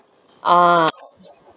err